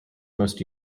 most